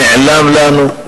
נעלם לנו,